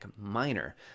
minor